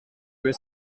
was